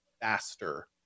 faster